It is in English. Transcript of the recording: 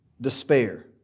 despair